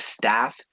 staff